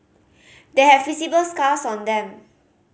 they have visible scars on them